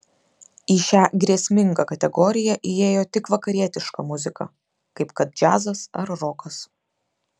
į šią grėsmingą kategoriją įėjo tik vakarietiška muzika kaip kad džiazas ar rokas